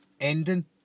ending